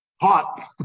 hot